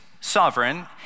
sovereign